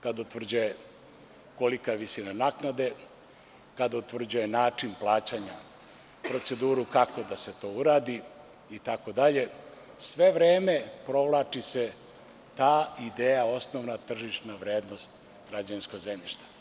kada utvrđuje kolika je visina naknade, kada utvrđuje način plaćanja, proceduru kako da se to uradi i dr, sve vreme provlači se ta ideja – osnovna tržišna vrednost građevinskog zemljišta.